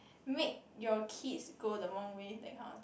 make your kids go the wrong way that kind of thing